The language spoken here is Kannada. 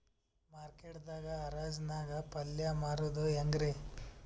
ಮಾರ್ಕೆಟ್ ದಾಗ್ ಹರಾಜ್ ನಾಗ್ ಪಲ್ಯ ಮಾರುದು ಹ್ಯಾಂಗ್ ರಿ?